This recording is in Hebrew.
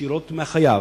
ישירות מהחייב.